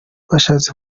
bashatse